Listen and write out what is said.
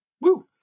Woo